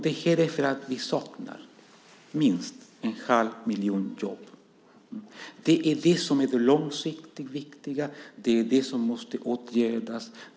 Det här beror på att vi saknar minst en halv miljon jobb. Det är det som är det långsiktigt viktiga. Det är det som måste åtgärdas.